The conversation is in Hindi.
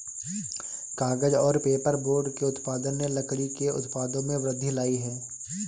कागज़ और पेपरबोर्ड के उत्पादन ने लकड़ी के उत्पादों में वृद्धि लायी है